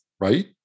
right